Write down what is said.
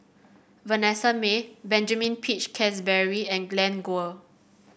Vanessa Mae Benjamin Peach Keasberry and Glen Goei